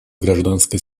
гражданской